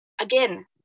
Again